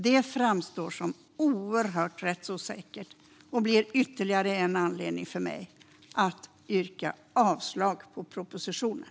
Det framstår som oerhört rättsosäkert och blir ytterligare en anledning för mig att yrka avslag på propositionen.